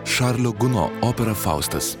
šarlio guno opera faustas